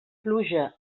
pluja